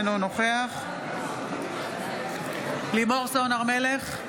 אינו נוכח לימור סון הר מלך,